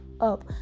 up